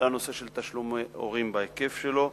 לנושא של תשלום הורים בהיקף שלו.